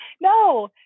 no